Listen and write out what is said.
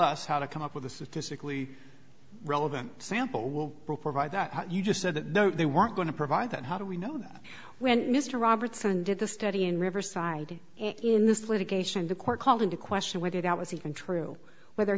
us how to come up with a statistically relevant sample will provide that you just said that no they weren't going to provide that how do we know that when mr robertson did the study in riverside in this litigation the court called into question whether that was even true whether